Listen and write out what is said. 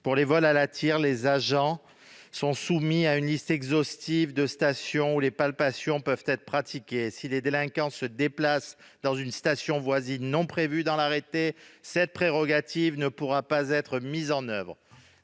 pour les vols à la tire, les agents du GPSR sont soumis à une liste exhaustive de stations où les palpations peuvent être pratiquées. Si les délinquants se déplacent dans une station voisine non prévue dans l'arrêté, cette prérogative ne pourra pas être mise en oeuvre.